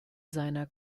seiner